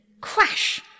crash